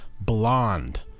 Blonde